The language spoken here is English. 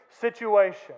situation